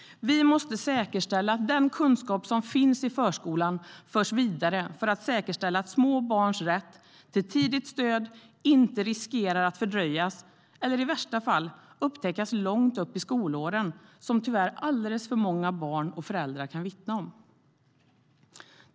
Vi måste säkerställa att den kunskap som finns i förskolan förs vidare så att små barns rätt till tidigt stöd inte riskerar att fördröjas eller i värsta fall upptäckas först långt upp i skolåren, något som tyvärr alldeles för många barn och föräldrar kan vittna om.